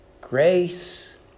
grace